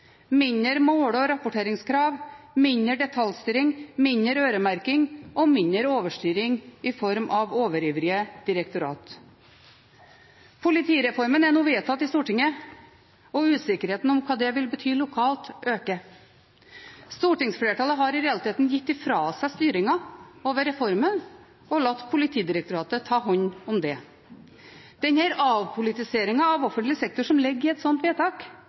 mindre statlig byråkrati, færre måle- og rapporteringskrav, mindre detaljstyring, mindre øremerking og mindre overstyring i form av overivrige direktorater. Politireformen er nå vedtatt i Stortinget, og usikkerheten om hva det vil bety lokalt, øker. Stortingsflertallet har i realiteten gitt fra seg styringen over reformen og latt Politidirektoratet ta hånd om det. Den avpolitiseringen av offentlig sektor som ligger i et slikt vedtak,